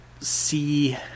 see